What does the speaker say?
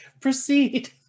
proceed